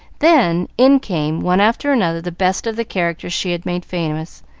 then in came, one after another, the best of the characters she has made famous,